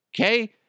Okay